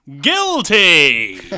guilty